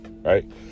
right